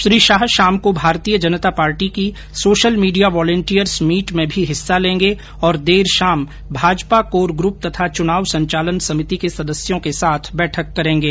श्री शाह शाम को भारतीय जनता पार्टी की सोशल मीडिया वॉलेंटियर्स मीट में भी हिस्सा लेंगे और देर शाम भाजपा कोर ग्रप तथा चुनाव संचालन समिति के सदस्यों के साथ बैठक करेंगे